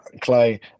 Clay